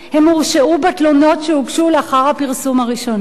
הם הורשעו בתלונות שהוגשו לאחר הפרסום הראשוני.